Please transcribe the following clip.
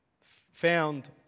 found